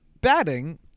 batting